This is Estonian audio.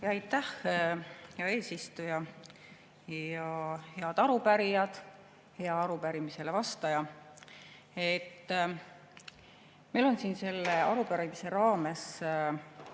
… Aitäh, hea eesistuja! Head arupärijad! Hea arupärimisele vastaja! Meil on siin selle arupärimise raames